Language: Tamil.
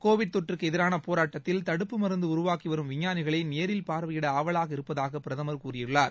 கோவிட் தொற்றுக்கு எதிரான போராட்டத்தில் தடுப்பு மருந்து உருவாக்கி வரும் விஞ்ஞானிகளை நேரில் பார்வையிட ஆவலாக இருப்பதாக கூறியுள்ளார்